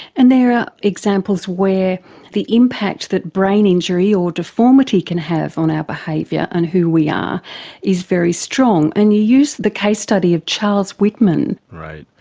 and there are examples where the impact that brain injury or deformity can have on our behaviour and who we are is very strong, and you use the case study of charles whitman. right.